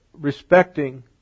respecting